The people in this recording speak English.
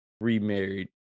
remarried